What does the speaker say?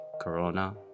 corona